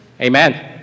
Amen